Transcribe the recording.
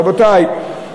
רבותי,